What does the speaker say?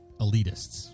elitists